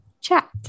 chat